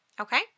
Okay